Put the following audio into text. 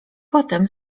potem